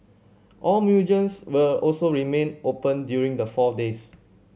all museums will also remain open during the four days